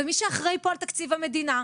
ומי שאחראי פה על תקציב המדינה.